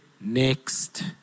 next